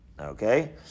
Okay